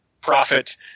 profit